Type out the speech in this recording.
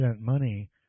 money